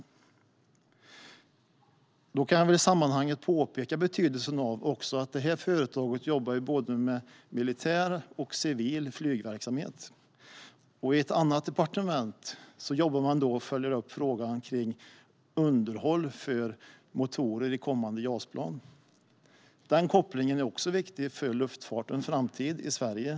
Jag kan i sammanhanget peka på betydelsen av att det företaget jobbar med både militär och civil flygverksamhet. Och på ett annat departement jobbar man med att följa upp frågan om underhåll av motorer i kommande JAS-plan. Den kopplingen är också viktig för luftfartens framtid i Sverige.